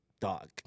dog